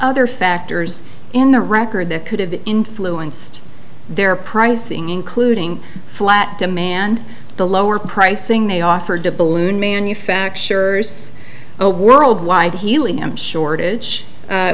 other factors in the record that could have influenced their pricing including flat demand the lower pricing they offered to balloon manufacturers a worldwide helium shortage